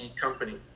Company